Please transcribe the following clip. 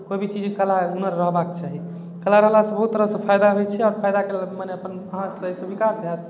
कोइ भी चीजके कला हुनर रहबाके चाही कला रहलासँ बहुत तरहसँ फायदा होइ छै आओर फाइदाके लेल मने अपन अहाँके सहीसँ विकास हैत